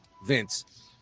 Vince